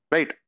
Right